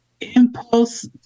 impulse